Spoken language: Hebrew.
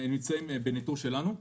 הם נמצאים בניטור שלנו.